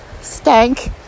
stank